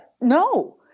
No